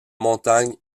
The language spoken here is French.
montagne